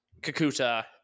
Kakuta